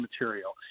material